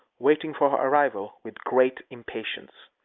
waiting for her arrival with great impatience.